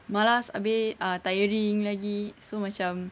malas abeh ah tiring lagi so macam